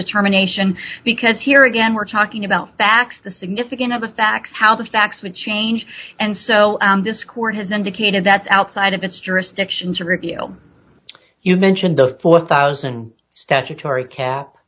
determination because here again we're talking about facts the significance of the facts how the facts would change and so this court has indicated that's outside of its jurisdiction to review you mentioned the four thousand statutory ca